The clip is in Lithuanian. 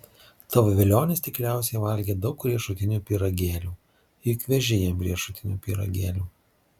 tavo velionis tikriausiai valgė daug riešutinių pyragėlių juk veži jam riešutinių pyragėlių